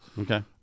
okay